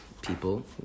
People